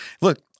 look